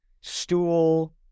stool